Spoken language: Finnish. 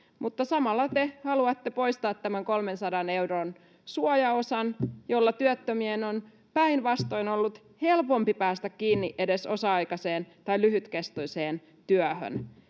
samalla te haluatte poistaa tämän 300 euron suojaosan, jolla työttömien on päinvastoin ollut helpompi päästä kiinni edes osa-aikaiseen tai lyhytkestoiseen työhön.